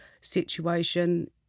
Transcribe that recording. situation